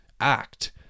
act